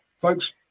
folks